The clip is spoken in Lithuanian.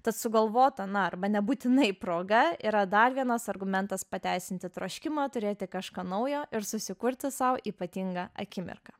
tad sugalvota na arba nebūtinai proga yra dar vienas argumentas pateisinti troškimą turėti kažką naujo ir susikurti sau ypatingą akimirką